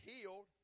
healed